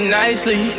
nicely